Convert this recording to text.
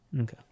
okay